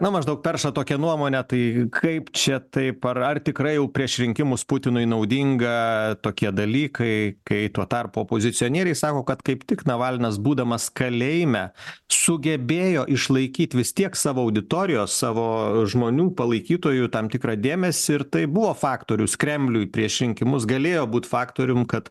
na maždaug perša tokią nuomonę tai kaip čia taip ar ar tikrai jau prieš rinkimus putinui naudinga tokie dalykai kai tuo tarpu opozicionieriai sako kad kaip tik navalnas būdamas kalėjime sugebėjo išlaikyti vis tiek savo auditorijos savo žmonių palaikytojų tam tikrą dėmesį ir tai buvo faktorius kremliui prieš rinkimus galėjo būt faktorium kad